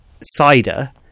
cider